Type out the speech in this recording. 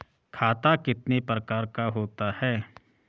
खाता कितने प्रकार का होता है?